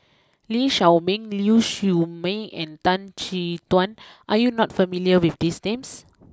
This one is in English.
Lee Shao Meng Ling Siew May and Tan Chin Tuan are you not familiar with these names